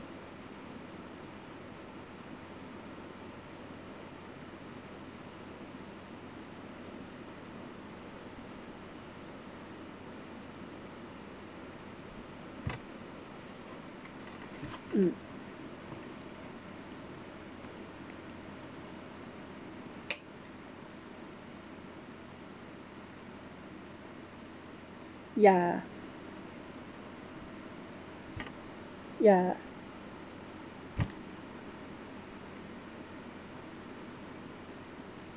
hmm ya ya